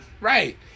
right